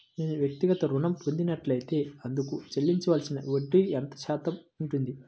నేను వ్యక్తిగత ఋణం పొందినట్లైతే అందుకు చెల్లించవలసిన వడ్డీ ఎంత శాతం ఉంటుంది?